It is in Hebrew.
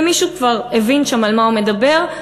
ומישהו כבר הבין שם על מה הוא מדבר,